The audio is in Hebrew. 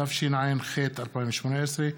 התשע"ח 2018,